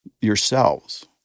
yourselves